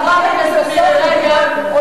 חברת הכנסת מירי רגב,